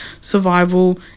survival